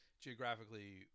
geographically